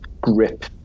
grip